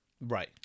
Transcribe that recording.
Right